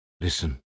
Listen